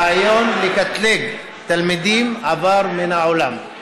הרעיון לקטלג תלמידים עבר מן העולם.